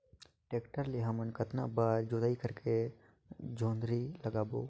Tractor ले हमन कतना बार जोताई करेके जोंदरी लगाबो?